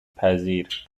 پذیر